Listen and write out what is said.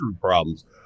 problems